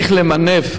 לדעתי,